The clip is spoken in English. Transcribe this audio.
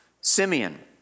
Simeon